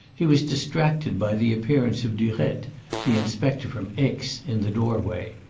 he was distracted by the appearance of durette, the inspector from aix, in the doorway.